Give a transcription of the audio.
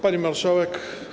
Pani Marszałek!